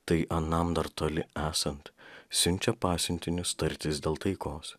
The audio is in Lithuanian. tai anam dar toli esant siunčia pasiuntinius tartis dėl taikos